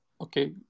Okay